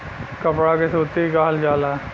कपड़ा के सूती कहल जाला